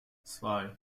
zwei